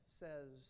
says